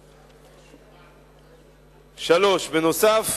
3. נוסף